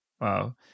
Wow